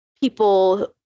people